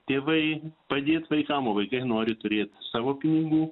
tėvai padėt vaikam o vaikai nori turėt savo pinigų